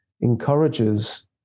encourages